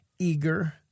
eager